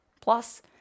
Plus